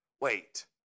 Wait